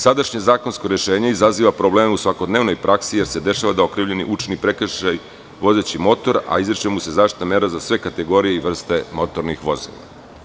Sadašnje zakonsko rešenje izaziva probleme u svakodnevnoj praksi, jer se dešava da okrivljeni učini prekršaj vozeći motor, a izriče mu se zaštitna mera za sve kategorije i vrste motornih vozila.